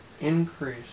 increase